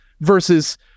versus